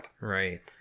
Right